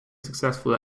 successful